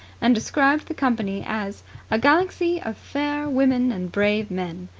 and described the company as a galaxy of fair women and brave men.